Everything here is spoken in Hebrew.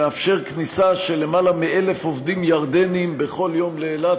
שמאפשר כניסה של יותר מ-1,000 עובדים ירדנים בכל יום לאילת,